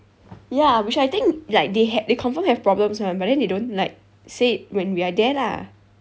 ya which I think like they ha~ they confirm have problems [one] but then they don't like say it when we are there lah